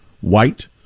white